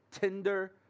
Tinder